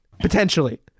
potentially